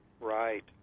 Right